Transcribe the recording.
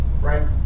Right